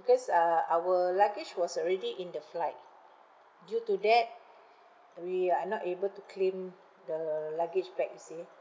because uh our luggage was already in the flight due to that we are not able to claim the luggage backs you see